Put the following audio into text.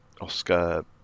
Oscar